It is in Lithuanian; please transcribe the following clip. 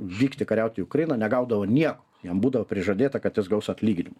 vykti kariaut į ukraina negaudavo nieko jam būdavo prižadėta kad jis gaus atlyginimą